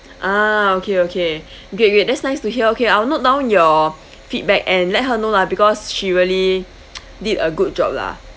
ah okay okay great great that's nice to hear okay I'll note down your feedback and let her know lah because she really did a good job lah